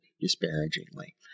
disparagingly